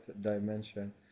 dimension